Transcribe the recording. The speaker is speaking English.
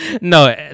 no